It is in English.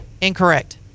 Incorrect